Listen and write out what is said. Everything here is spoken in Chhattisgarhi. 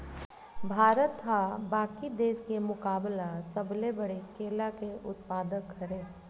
भारत हा बाकि देस के मुकाबला सबले बड़े केला के उत्पादक हरे